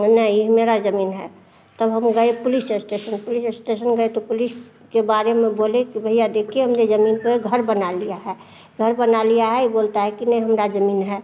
नहीं मेरा जमीन है तब हम गए पुलिस स्टेशन पुलिस अस्टेशन गए तो पुलिस के बारे में लोग बोले कि भईया देखिए हमारी जमीन पर घर बना लिया है घर बना लिया है ये बोलता है कि नहीं हमारा जमीन है